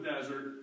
desert